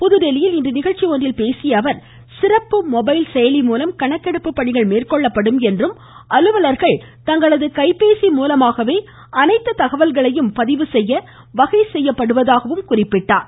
புதுதில்லியில் இன்று நிகழ்ச்சி ஒன்றில் பேசிய அவர் சிறப்பு மொபைல் செயலிமூலம் கணக்கெடுப்பு பணிகள் மேற்கொள்ளப்படும் என்றும் அலுவலர்கள் தங்களது கைபேசி மூலமாகவே அனைத்து தகவல்களையும் பதிவு செய்ய வகை செய்யப்படுவதாகவும் குறிப்பிட்டார்